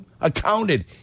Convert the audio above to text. accounted